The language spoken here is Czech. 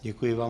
Děkuji vám.